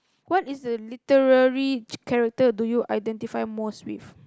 what is a literary character do you identify most with